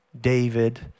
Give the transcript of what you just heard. David